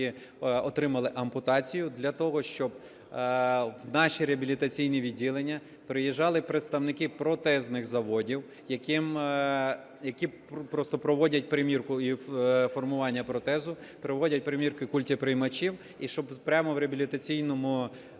отримали ампутацію, для того щоб в наші реабілітаційні відділення приїжджали представники протезних заводів, які просто проводять примірку і формування протезу, проводять примірку культеприймачів, і щоб прямо в реабілітаційному